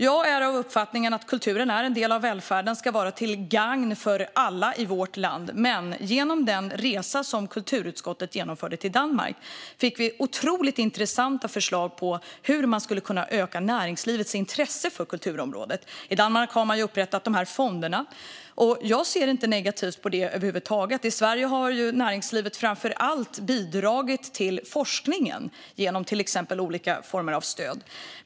Jag är av uppfattningen att kulturen är en del av välfärden. Den ska vara till gagn för alla i vårt land. Men genom den resa som kulturutskottet genomförde till Danmark fick vi otroligt intressanta förslag på hur man skulle kunna öka näringslivets intresse för kulturområdet. I Danmark har man upprättat fonder. Jag ser inte negativt på det över huvud taget. I Sverige har näringslivet framför allt bidragit till forskningen genom till exempel olika former av stöd.